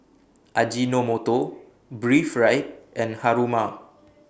Ajinomoto Breathe Right and Haruma